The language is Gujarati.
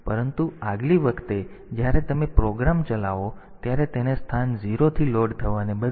પરંતુ આગલી વખતે જ્યારે તમે પ્રોગ્રામ ચલાવો ત્યારે તેને સ્થાન 0 થી લોડ થવાને બદલે